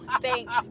Thanks